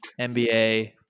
NBA